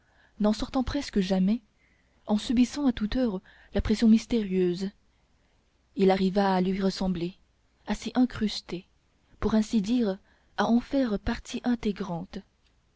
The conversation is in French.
n'en sortant presque jamais en subissant à toute heure la pression mystérieuse il arriva à lui ressembler à s'y incruster pour ainsi dire à en faire partie intégrante